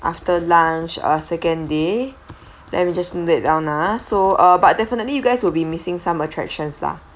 after lunch ah second day let me just note it down lah so ah but definitely you guys will be missing some attractions lah